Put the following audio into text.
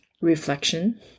Reflection